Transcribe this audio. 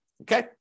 okay